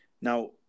Now